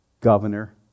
governor